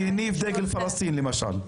מפגין שהניף דגל פלסטין, למשל.